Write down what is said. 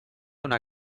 una